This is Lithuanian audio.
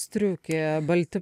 striukė balti